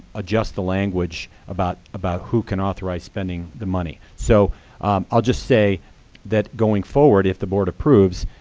adjust the language about about who can authorize spending the money. so i'll just say that going forward, if the board approves,